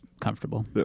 comfortable